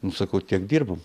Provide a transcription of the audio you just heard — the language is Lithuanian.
nu sakau tiek dirbam